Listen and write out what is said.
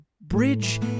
bridge